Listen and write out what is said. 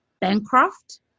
Bancroft